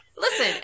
Listen